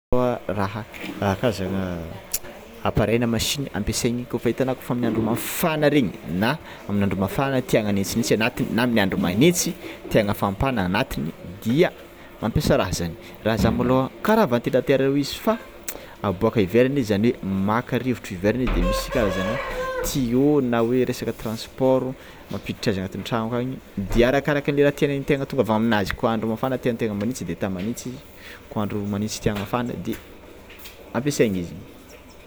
Raha karazagna appareil na machine ampiasaingny kôfa hitanao kôfa amin'ny andro mafana regny na amin'ny andro mafana tiagna hagnintsinintsy na amin'ny andro magnintsy tiagna afampana agnatiny dia mampiasa raha zany, raha zany molo kara ventilateur reo izy fa aboaka ivelany izy zany hoe maka rivotra ivelagny de misy karazagna tuyau na hoe resaka transport mampiditra azy agnatin'ny tragno agny de arakaraka anle raha tiantegna atongavana aminazy koa andro mafana tiantegna magnitsy na kô andro magnitsy tiàgna afana de ampiasaina izy.